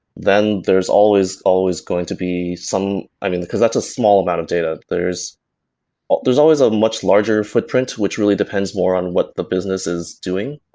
then there's always, always going to be some because that's a small amount of data. there's there's always a much larger footprint which really depends more on what the business is doing.